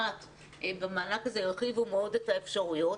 הרחיבו מאוד את האפשרויות,